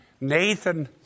Nathan